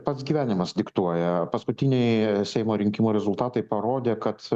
pats gyvenimas diktuoja paskutiniai seimo rinkimų rezultatai parodė kad